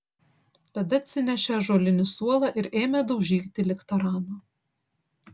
tada atsinešė ąžuolinį suolą ir ėmė daužyti lyg taranu